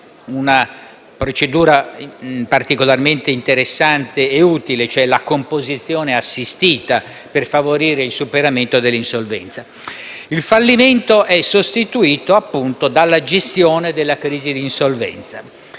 una procedura particolarmente interessante e utile e, cioè, la composizione assistita per favorire il superamento dell'insolvenza. Il fallimento è sostituto dalla gestione della crisi d'insolvenza.